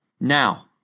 Now